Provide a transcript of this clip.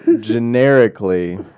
generically